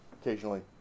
occasionally